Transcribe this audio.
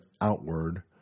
outward